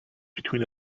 between